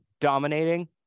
dominating